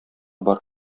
бар